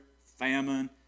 famine